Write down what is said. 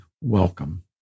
welcome